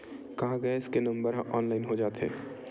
का गैस के नंबर ह ऑनलाइन हो जाथे?